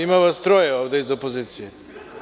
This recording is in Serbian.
Ima vas troje ovde iz opozicije.